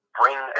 bring